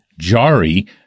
Jari